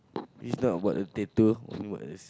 it's not about the tattoo